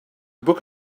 book